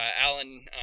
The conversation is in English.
alan